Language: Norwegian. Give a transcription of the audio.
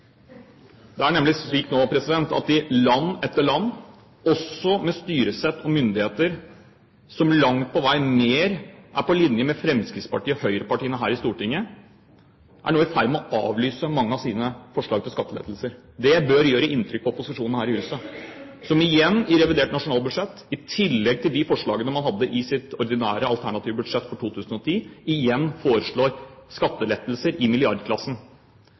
Det er nemlig slik nå at land etter land, også de med styresett og myndigheter som langt på vei er på linje med Fremskrittspartiet og høyrepartiene her i Stortinget, er i ferd med å avlyse mange av sin forslag til skattelettelser. Det bør gjøre inntrykk på opposisjonen her i huset, som igjen i revidert nasjonalbudsjett, i tillegg til de forslagene de hadde i sine ordinære alternative budsjetter for 2010, foreslår skattelettelser i milliardklassen.